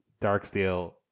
Darksteel